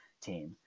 team